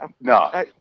No